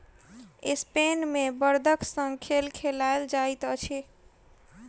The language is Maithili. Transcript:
स्पेन मे बड़दक संग खेल खेलायल जाइत अछि